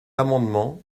amendement